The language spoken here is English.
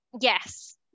yes